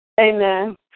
Amen